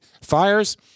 Fires